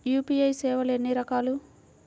UPI సేవలు ఎన్నిరకాలు?